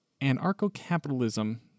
anarcho-capitalism